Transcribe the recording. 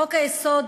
חוק-היסוד